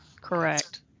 Correct